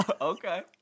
Okay